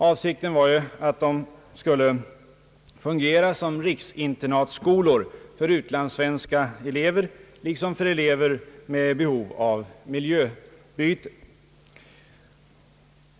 Avsikten var att de skulle fungera som riksinternatskolor för utlandssvenska elever liksom för elever med behov av miljöbyte.